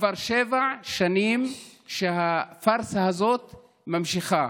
כבר שבע שנים שהפארסה הזאת ממשיכה.